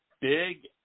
big –